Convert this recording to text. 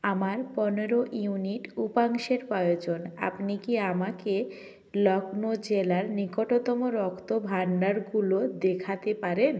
আমার পনেরো ইউনিট উপাংশের প্রয়োজন আপনি কি আমাকে লখনউ জেলার নিকটতম রক্তভাণ্ডারগুলো দেখাতে পারেন